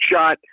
shot